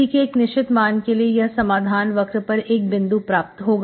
C के एक निश्चित मान के लिए यह समाधान वक्र पर एक बिंदु प्राप्त होगा